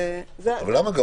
זה חלק מהמשמעות.